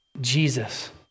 Jesus